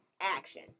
action